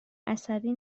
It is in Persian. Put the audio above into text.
عصبی